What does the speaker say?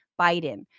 biden